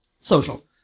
Social